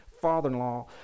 father-in-law